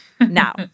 Now